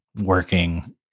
working